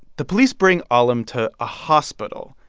the police bring alim to a hospital.